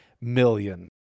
million